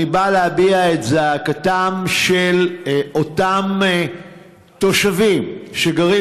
אני בא להביע את זעקתם של אותם תושבים שגרים